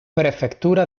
prefectura